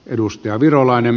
edustaja virolainen